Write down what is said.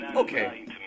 Okay